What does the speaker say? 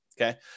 okay